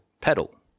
Pedal